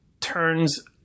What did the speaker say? turns